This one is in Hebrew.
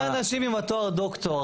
יש הרבה אנשים עם התואר דוקטור,